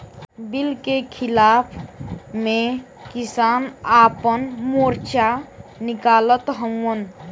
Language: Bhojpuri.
बिल के खिलाफ़ में किसान आपन मोर्चा निकालत हउवन